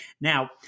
Now